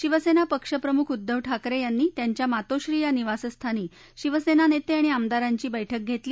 शिवसेना पक्षप्रमुख उद्दव ठाकरे यांच्या मातोश्री या निवासस्थानी शिवसेना नेते आणि आमदारांची बैठक घेतली